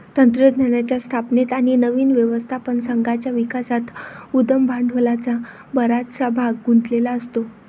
तंत्रज्ञानाच्या स्थापनेत आणि नवीन व्यवस्थापन संघाच्या विकासात उद्यम भांडवलाचा बराचसा भाग गुंतलेला असतो